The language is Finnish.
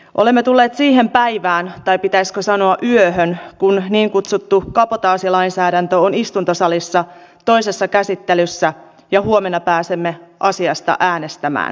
olemme tulleet siihen päivään tai pitäisikö sanoa yöhön kun niin kutsuttu kabotaasilainsäädäntö on istuntosalissa toisessa käsittelyssä ja huomenna pääsemme asiasta äänestämään